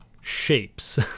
shapes